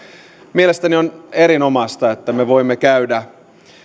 mielestäni on erinomaista että me voimme käydä